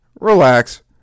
relax